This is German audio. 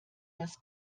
das